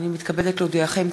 הנני מתכבדת להודיעכם,